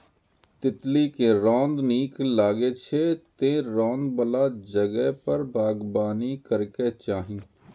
तितली कें रौद नीक लागै छै, तें रौद बला जगह पर बागबानी करैके चाही